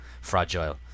fragile